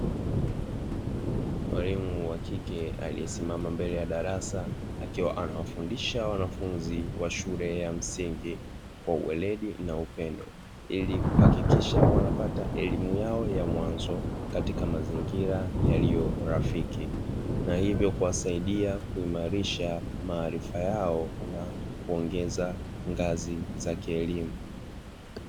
Mwalimu wa kike aliyesimama mbele ya darasa akiwa anafundisha wanafunzi wa shule ya msingi kwa uweledi na upendo ili kuhakikisha wanapata elimu yao ya mwanzo katika mazingira yaliyo rafiki na hivyo kuwasaidia kuhimarisha maarifa yao na kuongeza ngazi za kielimu.